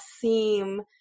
theme